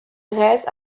grèce